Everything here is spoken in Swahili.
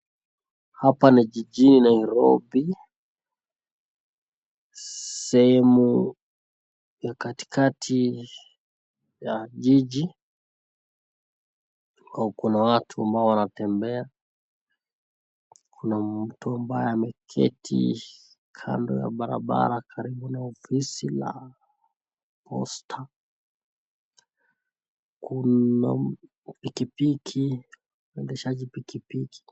Hapa ni jijini ya Nairobi, sehemu ya katikati ya jiji, kuna watu ambao wanatembea, kuna mtu ambaye ameketi kando ya barabara karibu na ofisi la Posta, kuna uendeshaji wa pikipiki.